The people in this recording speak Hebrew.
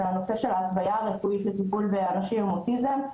הוא הנושא של התוויה רפואית לטיפול באנשים עם אוטיזם.